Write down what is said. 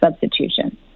substitution